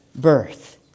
birth